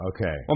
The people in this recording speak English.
Okay